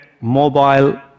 mobile